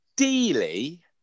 Ideally